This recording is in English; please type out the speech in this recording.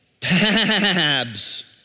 Pabs